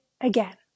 again